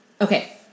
okay